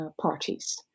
parties